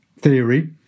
theory